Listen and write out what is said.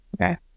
Okay